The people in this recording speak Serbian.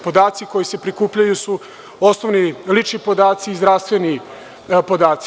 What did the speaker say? Podaci koji se prikupljaju su osnovni lični podaci i zdravstveni podaci.